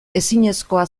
ezinezkoa